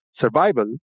survival